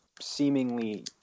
seemingly